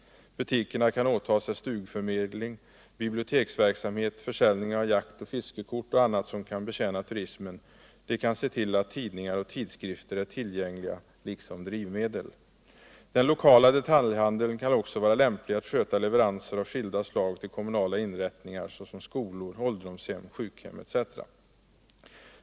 Butikerna kan åta sig stugförmedling, biblioteksverksamhet, försäljning av jakt och fiskekort och annat som kan betjäna turismen, de kan se till att tidningar och tidskrifter är tillgängliga, liksom drivmedel. Den lokala detaljhandeln kan också vara lämplig att sköta leveranser av skilda slag till kommunala inrättningar som skolor, ålderdomshem, sjukhus etc.